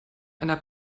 einer